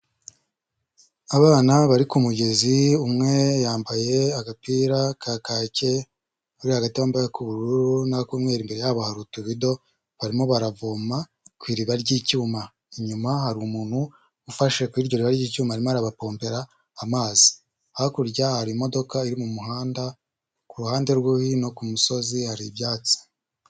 Abana bari ku mugezi umwe yambaye agapira ka kake, uri hagati wambaye ak'ubururu n'akumweru, imbere yabo hari utuvido barimo baravoma ku iriba ry'icyuma, inyuma hari umuntu ufashe kuri iryo riba ry'icyuma arimo arabapompera amazi, hakurya harimo imodoka iri muhanda, ku ruhande rwo hino ku musozi hari ibyatsi.